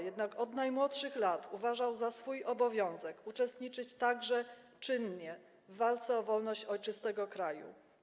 Jednak od najmłodszych lat uważał za swój obowiązek uczestniczyć także czynnie w walce o wolność ojczystego kraju.